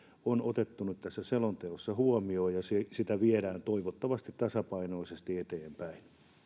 on otettu nyt tässä selonteossa huomioon ja että sitä viedään toivottavasti tasapainoisesti eteenpäin